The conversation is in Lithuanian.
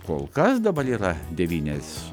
kol kas dabar yra devynias